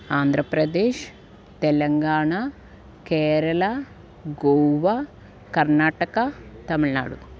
Andhra Pradesh Telangana Kerala Goa Karnataka Tamil Nadu